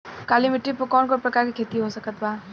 काली मिट्टी पर कौन कौन प्रकार के खेती हो सकत बा?